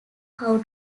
how